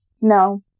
No